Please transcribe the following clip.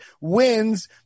wins